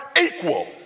equal